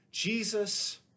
Jesus